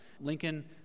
Lincoln